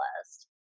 list